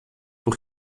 por